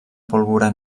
pólvora